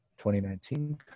2019